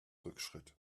rückschritt